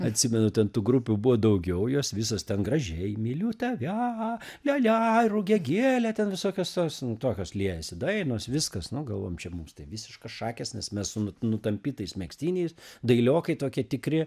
atsimenu ten tų grupių buvo daugiau jos visos ten gražiai myliu tave lia lia rugiagėlę ten visokios tos tokios liejasi dainos viskas nu galvojom nu čia mums tai visiškai šakės nes mes su nutapytais megztiniais dailiokai tokie tikri